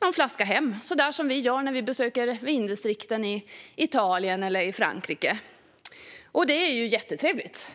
någon flaska hem, så där som vi gör när vi besöker vindistrikt i Italien eller i Frankrike - och det är ju jättetrevligt.